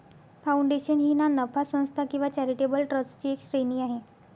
foundation ही ना नफा संस्था किंवा चॅरिटेबल ट्रस्टची एक श्रेणी आहे